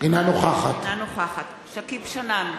אינה נוכחת שכיב שנאן,